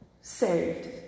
saved